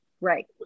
Right